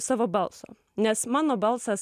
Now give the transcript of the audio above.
savo balso nes mano balsas